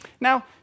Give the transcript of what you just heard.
Now